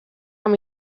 amb